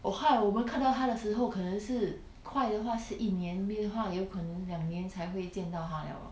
我看我们看到她的时候可能是快的话是一年没有的话有可能两年才会见到她 liao lor